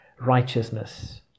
righteousness